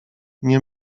nie